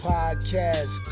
Podcast